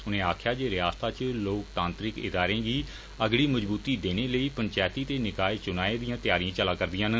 उनें आक्खेया जे रियासता इच लोकतांत्रिक इदारें गी अगड़ी मजबूती देने लेई पंचैती ते निकाय चुनाएं दिआं तैयारिया चला रदिआं न